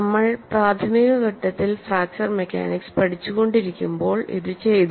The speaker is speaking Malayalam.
നമ്മൾ പ്രാഥമിക ഘട്ടത്തിൽ ഫ്രാക്ചർ മെക്കാനിക്സ് പഠിച്ചു കൊണ്ടിരിക്കുമ്പോൾ ഇത് ചെയ്തു